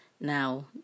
Now